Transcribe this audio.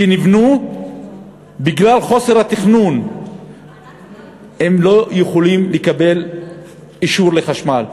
שנבנו ובגלל חוסר התכנון הם לא יכולים לקבל אישור לחשמל,